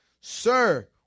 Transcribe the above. sir